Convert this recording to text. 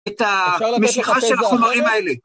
את המשיכה של החומרים האלה.